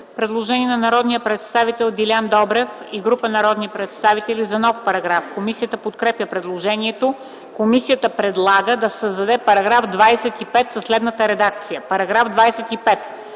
Предложение на народния представител Делян Добрев и група народни представители за нов параграф. Комисията подкрепя предложението. Комисията предлага да се създаде нов § 12 със следната редакция: „§ 12.